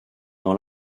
dans